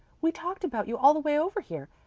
we talked about you all the way over here.